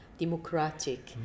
democratic